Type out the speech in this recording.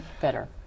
better